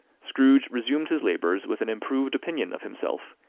scrooge resumed his labours with an improved opinion of himself,